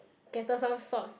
scatter some salt